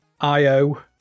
Io